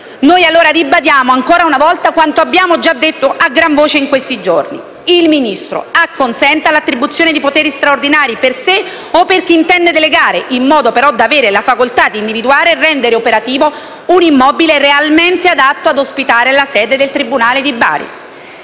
Noi pertanto ribadiamo ancora una volta quanto abbiamo già ripetuto a gran voce in questi giorni: il Ministro acconsenta all'attribuzione di poteri straordinari per sé o per chi intende delegare, in modo da avere la facoltà di individuare e rendere operativo un immobile realmente adatto a ospitare la sede del tribunale di Bari.